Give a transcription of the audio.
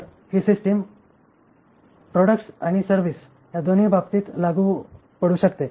तर ही system products आणि सर्व्हिस या दोन्ही बाबतीत देखील लागू पडू शकते